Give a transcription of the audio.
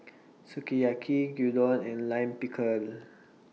Sukiyaki Gyudon and Lime Pickle